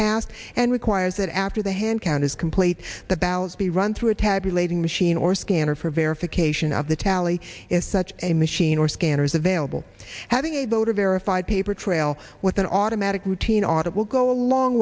cast and requires that after the hand count is complete the bows be run through a tabulating machine or scanner for verification of the tally is such a machine or scanners available having a voter verified paper trail with an automatic routine audit will go a long